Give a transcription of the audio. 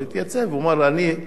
להתייצב ולומר: אני,